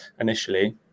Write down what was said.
initially